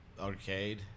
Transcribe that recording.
arcade